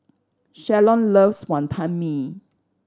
Shalon loves Wantan Mee